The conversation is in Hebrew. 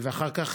אחר כך